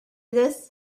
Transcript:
this